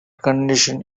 condition